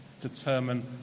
determine